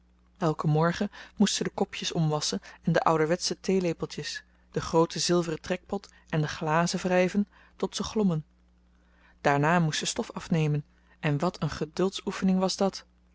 morgen moest ze de kopjes omwasschen en de ouderwetsche theelepeltjes den grooten zilveren trekpot en de glazen wrijven tot ze glommen daarna moest ze stof afnemen en wat een geduldsoefening was dat